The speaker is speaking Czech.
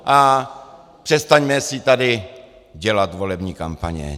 A přestaňme si tady dělat volební kampaně.